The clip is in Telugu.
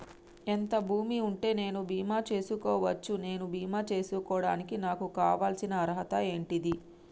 ఎంత భూమి ఉంటే నేను బీమా చేసుకోవచ్చు? నేను బీమా చేసుకోవడానికి నాకు కావాల్సిన అర్హత ఏంటిది?